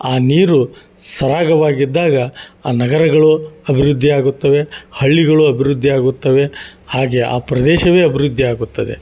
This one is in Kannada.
ಆ ನೀರು ಸರಾಗವಾಗಿದ್ದಾಗ ಆ ನಗರಗಳು ಅಭಿವೃದ್ಧಿ ಆಗುತ್ತವೆ ಹಳ್ಳಿಗಳು ಅಭಿವೃದ್ಧಿ ಆಗುತ್ತವೆ ಹಾಗೆ ಆ ಪ್ರದೇಶವೇ ಅಭಿವೃದ್ಧಿ ಆಗುತ್ತದೆ